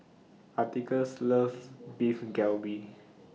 Atticus loves Beef Galbi